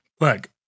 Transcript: look